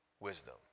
wisdom